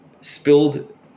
spilled